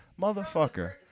motherfucker